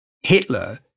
Hitler